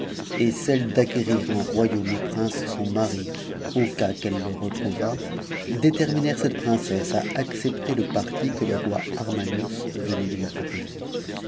et celle d'acquérir un royaume au prince son mari cm qu'elle le retrouvât déterminèrent cette princesse à accepter le m'que le roi armanos venait de lui proposer